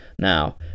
now